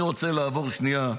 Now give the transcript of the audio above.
אני רוצה לעבור שנייה,